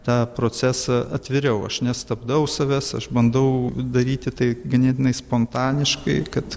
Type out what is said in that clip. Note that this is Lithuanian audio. tą procesą atviriau aš nestabdau savęs aš bandau daryti tai ganėtinai spontaniškai kad